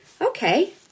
okay